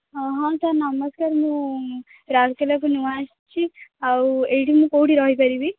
ହଁ ହଁ ସାର୍ ନମସ୍କାର୍ ମୁଁ ରାଉରକେଲାକୁ ନୂଆ ଆସିଛି ଆଉ ଏଇଠି ମୁଁ କେଉଁଠି ରହିପାରିବି